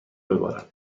ببارد